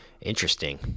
Interesting